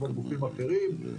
כמו גופים אחרים,